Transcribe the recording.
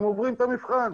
והם עוברים את המבחן.